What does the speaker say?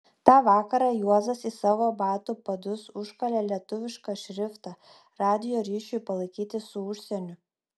tą vakarą juozas į savo batų padus užkalė lietuvišką šriftą radijo ryšiui palaikyti su užsieniu